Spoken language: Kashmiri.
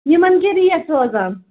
یِمَن کیٛاہ ریٹ روزان